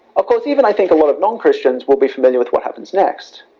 of course, even i think a lot of non-christians will be familiar with what happens next.